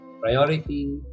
priority